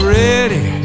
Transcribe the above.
ready